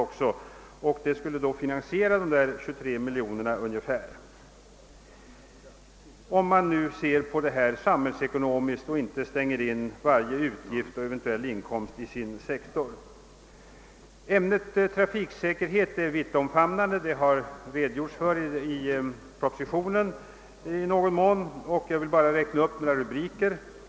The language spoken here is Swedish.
På det sättet skulle vi alltså kunna få in de 23 miljoner kronor det rör sig om. Man får alltså se hela denna fråga från samhällsekonomiska utgångspunkter, inte stänga in varje utgift och eventuell inkomst i sin speciella sektor. Ämnet trafiksäkerhet är mycket omfattande, vilket också framgår av motionen. Jag anger här några av de punkter som där återfinnes.